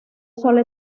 sola